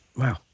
Wow